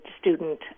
student